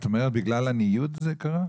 בגלל הניוד זה קרה?